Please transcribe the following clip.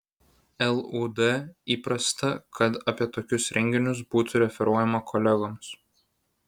lud įprasta kad apie tokius renginius būtų referuojama kolegoms